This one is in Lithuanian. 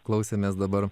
klausėmės dabar